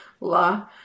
la